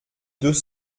deux